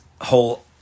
whole